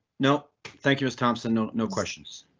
no thank you. was thompson no, no questions.